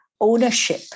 ownership